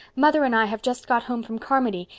mother and i have just got home from carmody,